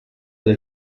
del